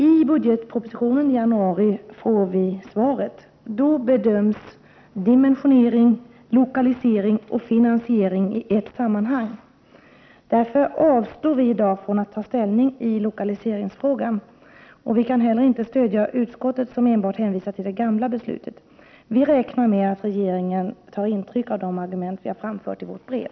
I budgetpropositionen i januari får vi ett svar. Då bedöms dimensionering, lokalisering och finansiering i ett enda sammanhang. Därför avstår vi i dag från att ta ställning i lokaliseringsfrågan. Inte heller kan vi stödja utskottet, som enbart hänvisar till det gamla beslutet. Vi räknar med att regeringen tar intryck av de argument som vi har framfört i vårt brev.